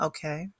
Okay